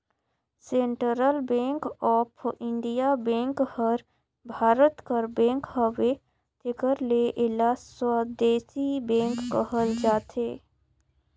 central bank of India bank हर भारत कर bank हवे तेकर ले एला स्वदेसी बेंक कहल जाथे